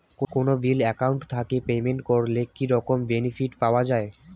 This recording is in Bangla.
কোনো বিল একাউন্ট থাকি পেমেন্ট করলে কি রকম বেনিফিট পাওয়া য়ায়?